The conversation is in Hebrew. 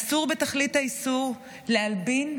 אסור בתכלית האיסור להלבין,